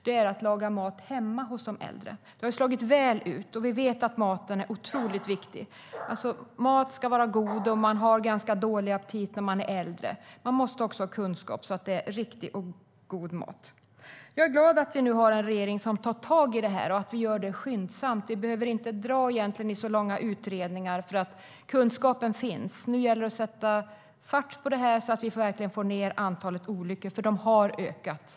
Det är att laga mat hemma hos de äldre. Det har slagit väl ut. Vi vet att maten är otroligt viktig. Mat ska vara god, och man har ganska dålig aptit när man är äldre. Det måste också till kunskap så att det är riktig och god mat.